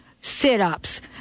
sit-ups